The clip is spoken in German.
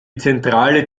zentrale